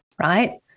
Right